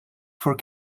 for